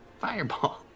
fireball